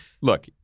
look